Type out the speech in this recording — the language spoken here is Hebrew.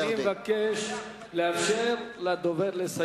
חבר הכנסת מולה, אני מבקש לאפשר לדובר לסיים.